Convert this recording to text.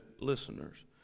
listeners